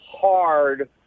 hard